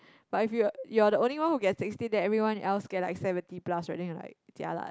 but if you're you're the only one who get sixteen then everyone else get like seventy plus right then you're like jialat